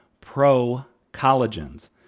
pro-collagens